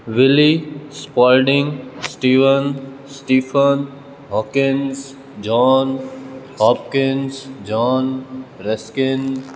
Wiley Spalding Steven Stephen John Hawkins John Ruskin